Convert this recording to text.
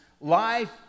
life